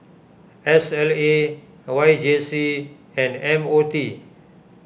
S L A Y J C and M O T